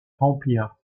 remplir